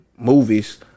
movies